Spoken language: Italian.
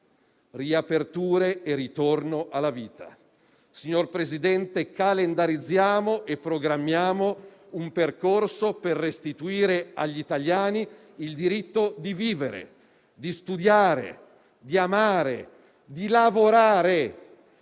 «riaperture» e ritorno alla vita: signor Presidente, calendarizziamo e programmiamo un percorso per restituire agli italiani il diritto di vivere, di studiare, di amare e di lavorare.